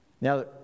Now